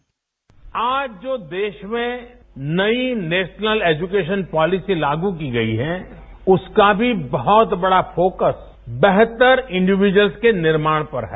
bite आज जो देश में नई नेशनल एजुकेशन पॉलिसी लागू की गई है उसका भी बहुत बड़ा फोकस बेहतर इंडीव्यूजअल्स के निर्माण पर है